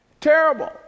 Terrible